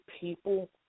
people